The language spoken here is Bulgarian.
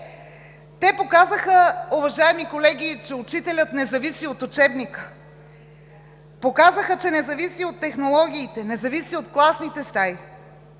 Те показаха, уважаеми колеги, че учителят не зависи от учебника; показаха, че не зависи от технологиите, не зависи от класните стаи.